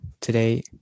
today